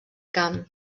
camp